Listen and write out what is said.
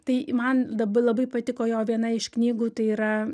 tai man labai labai patiko jo viena iš knygų tai yra